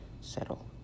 settle